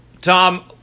Tom